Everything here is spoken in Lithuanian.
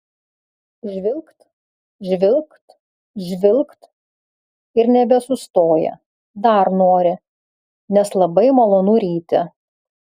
žvilgt žvilgt žvilgt ir nebesustoja dar nori nes labai malonu ryti